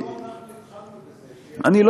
יריב, לא